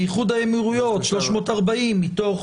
מאיחוד האמירויות 340 מתוך